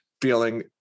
feeling